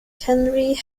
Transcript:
henry